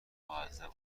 معذب